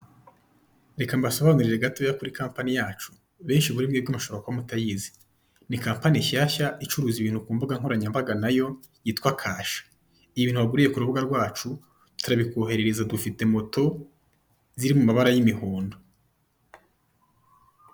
Reka mbasobanurire gatoya kuri kampani yacu benshi muri mwebwe mushobora kuba mutayizi, ni kampani nshyashya icuruza ibintu ku mbuga nkoranyambaga nayo yitwa Kasha, ibintu waguriye ku rubuga rwacu turabikoherereza dufite moto ziri mu mabara y'imihondo.